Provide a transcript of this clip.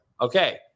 Okay